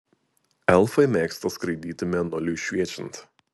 elfai mėgsta skraidyti mėnuliui šviečiant